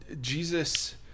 Jesus